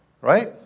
Right